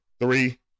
three